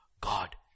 God